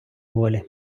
волі